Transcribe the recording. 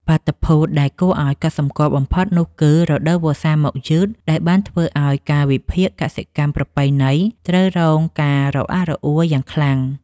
បាតុភូតដែលគួរឱ្យកត់សម្គាល់បំផុតនោះគឺ រដូវវស្សាមកយឺត ដែលបានធ្វើឱ្យកាលវិភាគកសិកម្មប្រពៃណីត្រូវរងការរអាក់រអួលយ៉ាងខ្លាំង។